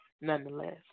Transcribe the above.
nonetheless